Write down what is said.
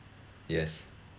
yes